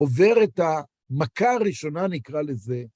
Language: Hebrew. עובר את המכה הראשונה, נקרא לזה.